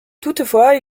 toutefois